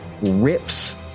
rips